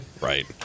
Right